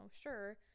sure